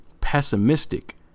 pessimistic